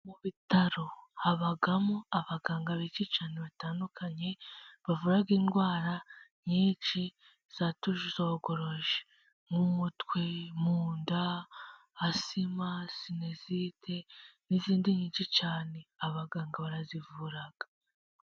Mubitaro, habamo abaganga benshi cyane batandukanye, bavura indwara nyinshi zatuzojogoroje, nk'umutwe, munda, asima, sinezite, n'izindi nyinshi cyane abaganga barazivura.